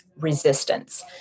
resistance